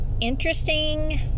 interesting